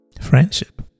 friendship